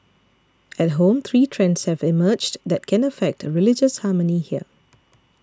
at home three trends have emerged that can affect religious harmony here